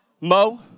Mo